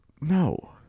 No